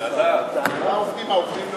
מי בעד?